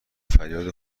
فریاد